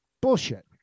Bullshit